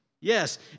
Yes